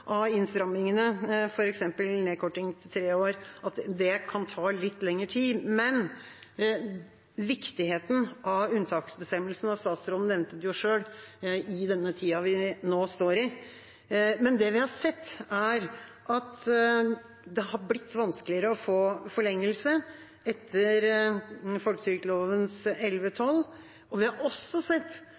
av innstrammingene, f.eks. nedkorting til tre år, kan det ta litt lengre tid. Men til viktigheten av unntaksbestemmelsene – og statsråden nevnte det jo selv – i denne tida vi nå står i: Det vi har sett, er at det har blitt vanskeligere å få forlengelse etter folketrygdloven § 11-12, og vi har også sett